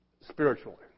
spiritually